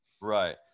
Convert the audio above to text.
right